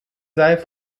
sei